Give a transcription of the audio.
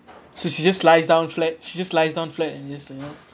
so she just lies down flat she just lies down flat and just you know